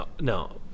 no